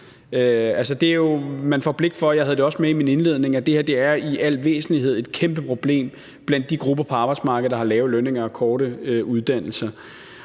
min indledning – at det her i al væsentlighed er et kæmpe problem blandt de grupper på arbejdsmarkedet, der har lave lønninger og korte uddannelser.